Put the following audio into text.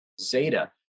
zeta